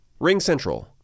RingCentral